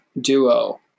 duo